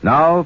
Now